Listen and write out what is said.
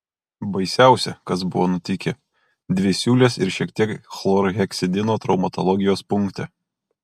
baisiausia kas buvo nutikę dvi siūlės ir šiek tiek chlorheksidino traumatologijos punkte